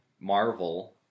Marvel